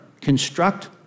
Construct